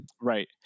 Right